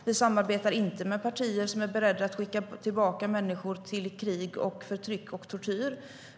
Vi samarbetar inte med partier som är beredda att skicka tillbaka människor till krig, förtryck och tortyr.